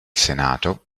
senato